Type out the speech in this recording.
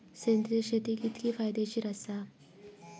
सेंद्रिय शेती कितकी फायदेशीर आसा?